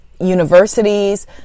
Universities